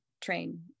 train